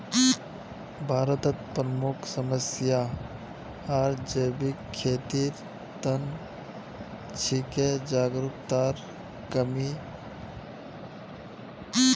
भारतत प्रमुख समस्या आर जैविक खेतीर त न छिके जागरूकतार कमी